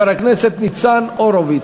חבר הכנסת ניצן הורוביץ.